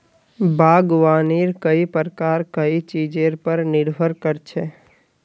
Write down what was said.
बागवानीर कई प्रकार कई चीजेर पर निर्भर कर छे